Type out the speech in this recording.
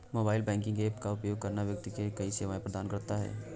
mobile banking app का उपयोग करना व्यक्ति को कई सेवाएं प्रदान करता है